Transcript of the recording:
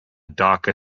darker